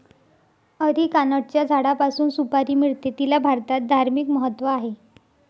अरिकानटच्या झाडापासून सुपारी मिळते, तिला भारतात धार्मिक महत्त्व आहे